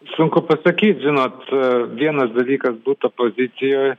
sunku pasakyti žinot vienas dalykas būt opozicijoj